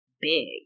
big